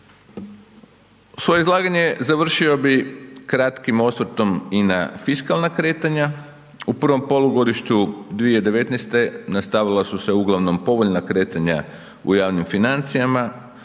Svoje izlaganje završio bih kratkim osvrtom i na fiskalna kretanja. U prvom polugodištu 2019. nastavila su se uglavnom povoljna kretanja u javnim financijama.